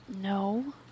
No